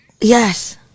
Yes